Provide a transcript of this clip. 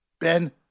Ben